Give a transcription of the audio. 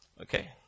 Okay